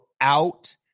out